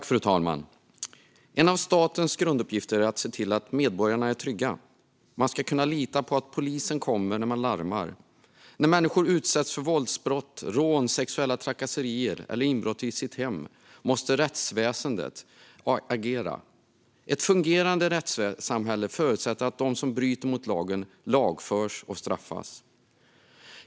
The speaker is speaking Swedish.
Fru talman! En av statens grunduppgifter är att se till att medborgarna är trygga. Man ska kunna lita på att polisen kommer när man larmar. När människor utsätts för våldsbrott, rån, sexuella trakasserier eller inbrott i sitt hem måste rättsväsendet agera. Ett fungerande rättssamhälle förutsätter att de som bryter mot lagen lagförs och straffas.